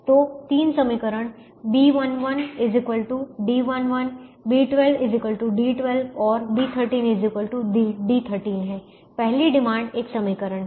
तो 3 समीकरण B11 D11 B12 D12 और B13 D13 हैं पहली डिमांड एक समीकरण है